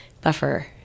buffer